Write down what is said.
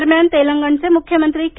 दरम्यान तेलंगणचे मुख्यमंत्री के